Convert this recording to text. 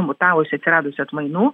mutavusių atsiradusių atmainų